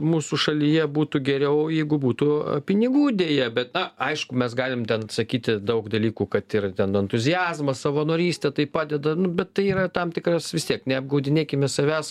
mūsų šalyje būtų geriau jeigu būtų pinigų deja bet na aišku mes galim ten sakyti daug dalykų kad ir ten entuziazmas savanorystė tai padeda bet tai yra tam tikras vis tiek neapgaudinėkime savęs